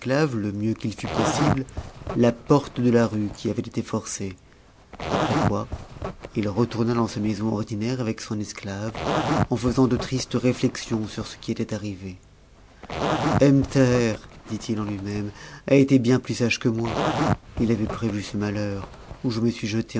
le mieux qu'il fut possible la porte de la rue qui avait été forcée après quoi il retourna dans sa maison ordinaire avec son esclave en faisant de tristes réflexions sur ce qui était arrivé ebn thaher dit-il en luimême a été bien plus sage que moi il avait prévu ce malheur où je me suis jeté